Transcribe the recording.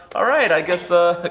alright i guess, ah.